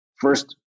first